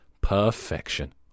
perfection